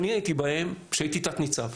אני הייתי בהם כשהייתי תת ניצב.